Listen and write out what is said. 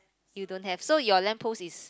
you don't have so your lamp post is